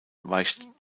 weicht